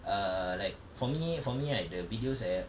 err like for me for me right the videos eh